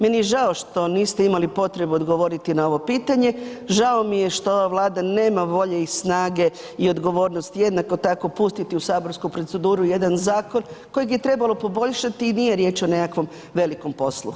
Meni je žao što niste imali potrebu odgovoriti na ovo pitanje, žao mi je što ova Vlada nema volje i snage i odgovornosti jednako tako pustiti u saborsku proceduru jedan zakon kojeg je trebalo poboljšati i nije riječ o nekakvom velikom poslu.